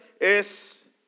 es